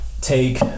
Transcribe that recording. Take